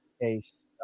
case